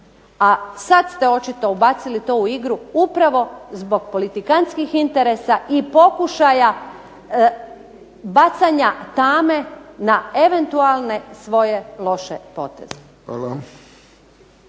A sad ste očito ubacili to u igru upravo zbog politikanskih interesa i pokušaja bacanja tame na eventualne svoje loše poteze.